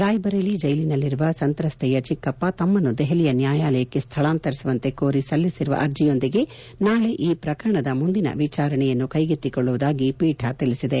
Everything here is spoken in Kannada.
ರಾಯಬರೇಲಿ ಜೈಲಿನಲ್ಲಿರುವ ಸಂತ್ರಸ್ತೆಯ ಚಿಕ್ಕಪ್ಪ ತಮ್ಮನ್ನು ದೆಹಲಿಯ ನ್ಯಾಯಾಲಯಕ್ಕೆ ಸ್ಥಳಾಂತರಿಸುವಂತೆ ಕೋರಿ ಸಲ್ಲಿಸಿರುವ ಅರ್ಜಿಯೊಂದಿಗೆ ನಾಳೆ ಈ ಪ್ರಕರಣದ ಮುಂದಿನ ವಿಚಾರಣೆಯನ್ನು ಕೈಗೆತ್ತಿಕೊಳ್ಳುವುದಾಗಿ ಪೀಠ ತಿಳಿಸಿದೆ